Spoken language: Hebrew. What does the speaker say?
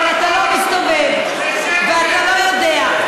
אבל אתה לא מסתובב ואתה לא יודע.